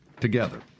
together